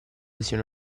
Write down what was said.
sia